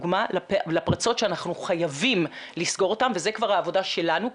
זה רק סימפטום לפרצות שאנחנו חייבים לסגור אותן וזו כבר העבודה שלנו,